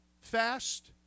fast